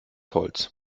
holz